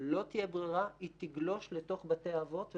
לא תהיה ברירה היא תגלוש לתוך בתי האבות.